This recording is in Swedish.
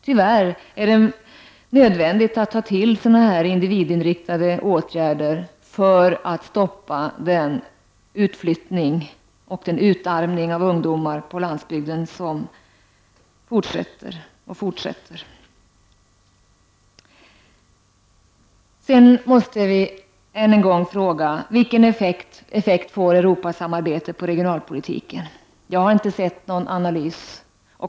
Tyvärr är det nödvändigt att ta till individinriktade åtgärder för att stoppa den utflyttning och den utarmning av ungdomar på landsbygden som fortsätter. Vi måste än en gång fråga: Vilken effekt får Europasamarbetet på regionalpolitiken? Jag har inte sett någon analys.